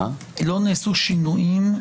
לא נעשו שינויים אל